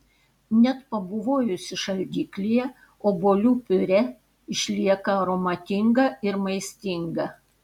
net pabuvojusi šaldiklyje obuolių piurė išlieka aromatinga ir maistinga